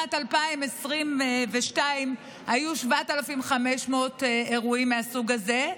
בשנת 2022 היו 7,500 אירועים מהסוג הזה,